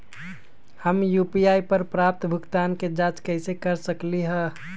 हम यू.पी.आई पर प्राप्त भुगतान के जाँच कैसे कर सकली ह?